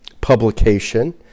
publication